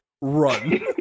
Run